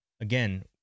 Again